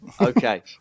Okay